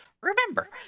Remember